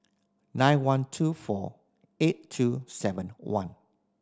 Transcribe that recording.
nine one two four eight two seven one